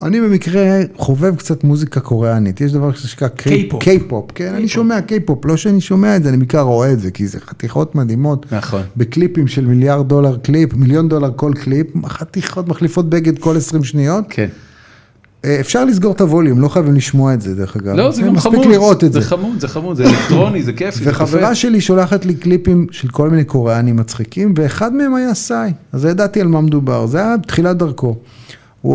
אני במקרה חובב קצת מוזיקה קוריאנית, יש דבר כזה שנקרא קיי-פופ, קיי-פופ, כן, אני שומע קיי-פופ, לא שאני שומע את זה, אני בעיקר רואה את זה, כי זה חתיכות מדהימות. נכון. בקליפים של מיליארד דולר קליפ, מיליון דולר כל קליפ, חתיכות מחליפות בגד כל 20 שניות. כן. אפשר לסגור את הווליום, לא חייבים לשמוע את זה דרך אגב. לא, זה גם חמוד. מספיק לראות את זה. זה חמוד, זה חמוד, זה אלקטרוני, זה כיף. וחברה שלי שולחת לי קליפים של כל מיני קוריאנים מצחיקים, ואחד מהם היה סיי, אז זה ידעתי על מה מדובר, זה היה בתחילת דרכו.